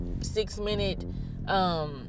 six-minute